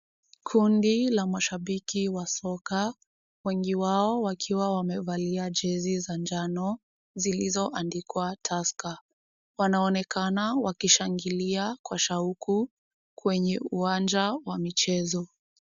Kundi la mashabiki wa soka, wengi wao wakiwa wamevalia jezi za njano zilizoandikwa Tusker, wanaonekana wakishangilia kwa shauku kwenye uwanja wa michezo.